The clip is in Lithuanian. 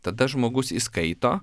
tada žmogus įskaito